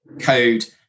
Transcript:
code